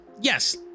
yes